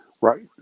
Right